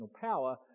power